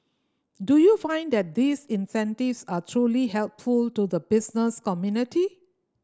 do you find that these incentives are truly helpful to the business community